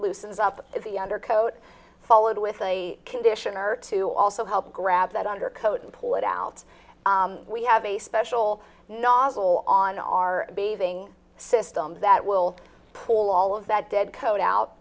loosens up the undercoat followed with a conditioner to also help grab that under coat and pull it out we have a special novel on our bathing system that will pull all of that dead code out